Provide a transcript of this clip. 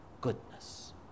goodness